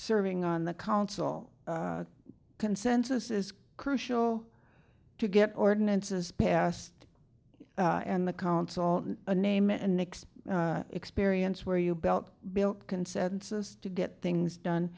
serving on the council consensus is crucial to get ordinances passed and the council a name and mixed experience where you belt built consensus to get things done